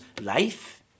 life